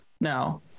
No